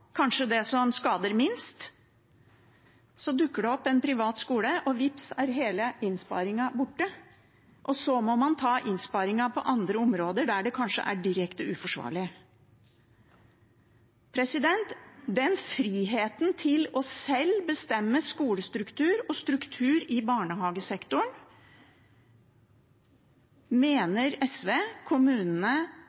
kanskje det som skader minst. Så dukker det opp en privat skole, og vips er hele innsparingen borte. Og så må man ta innsparingen på andre områder, der det kanskje er direkte uforsvarlig. Den friheten til sjøl å bestemme skolestruktur og struktur i barnehagesektoren